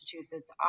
Massachusetts